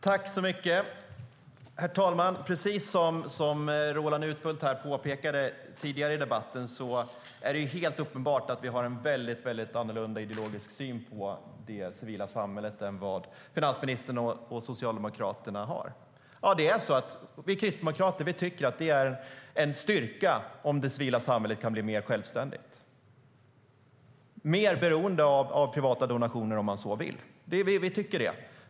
Herr talman! Precis som Roland Utbult påpekade tidigare i debatten är det uppenbart att vi har en helt annorlunda ideologisk syn på det civila samhället än vad finansministern och Socialdemokraterna har. Ja, vi kristdemokrater tycker att det är en styrka om det civila samhället kan bli mer självständigt, mer beroende av privata donationer om man så vill. Vi tycker det.